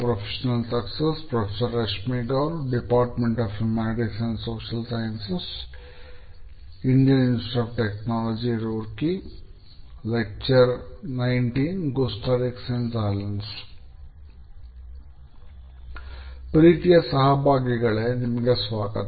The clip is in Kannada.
ಪ್ರೀತಿಯ ಸಹಭಾಗಿಗಳೇ ನಿಮಗೆ ಸ್ವಾಗತ